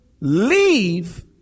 leave